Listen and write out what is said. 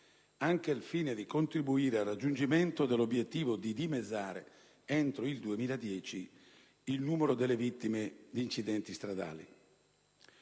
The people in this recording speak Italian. anche al fine di contribuire al raggiungimento dell'obiettivo di dimezzare, entro il 2010, il numero delle vittime di incidenti stradali.